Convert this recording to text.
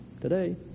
today